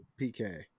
PK